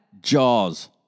Jaws